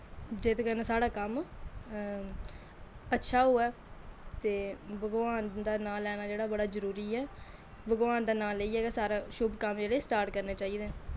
जेह्दे कन्नै साढ़ा कम्म अच्छा होऐ ते भगवान दा नांऽ लैना जेह्ड़ा बड़ा जरूरी ऐ भगवान दा नांऽ लेइयै गै सारा शुभ कम्म जेह्ड़े कम्म स्टार्ट करने चाहिदे